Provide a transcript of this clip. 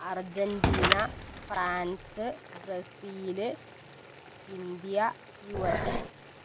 Argentina France Brazil India U S